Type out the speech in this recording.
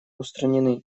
устранены